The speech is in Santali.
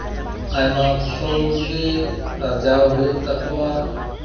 ᱟᱭᱢᱟ ᱯᱷᱚᱥᱚᱞ ᱜᱮ ᱟᱨᱡᱟᱣ ᱦᱩᱭᱩᱜ ᱛᱟᱠᱚᱣᱟ